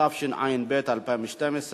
התשע"ב 2012,